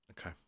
Okay